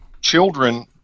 children